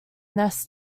ness